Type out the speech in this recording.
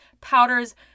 powders